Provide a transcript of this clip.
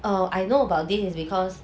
err I know about this is because